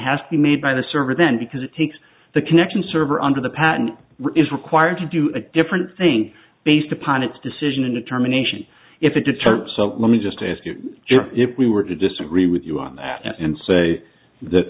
has to be made by the server then because it takes the connection server under the patent is required to do a different thing based upon its decision and determination if it deters so let me just ask you if we were to disagree with you on that and say that